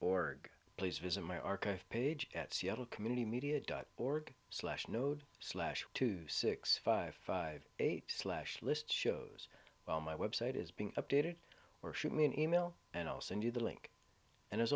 org please visit my archive page at seattle community media dot org slash node slash two six five five eight slash list shows while my website is being updated or shoot me an email and i'll send you the link and